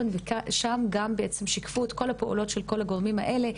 ושם גם בעצם שיקפו את כל הפעולות של כל הגורמים האלה.